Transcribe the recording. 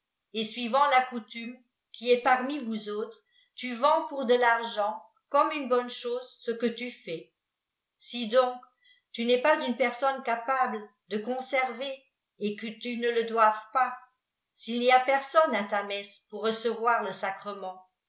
et suivant la coutume oui est parmi vous autres tu vends pour de l'argent comme une oonne chose ce que tu fais si donc tu n'es pas une personne capable de conserver et que tu ne le doives pas s'il n'y a personne à ta messe pour recevoir le sacrement